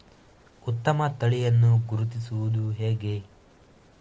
ಉತ್ತಮ ತಳಿಯನ್ನು ಗುರುತಿಸುವುದು ಹೇಗೆ?